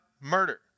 murder